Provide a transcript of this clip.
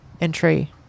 entry